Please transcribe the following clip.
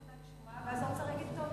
ואז האוצר יגיד: "טוב,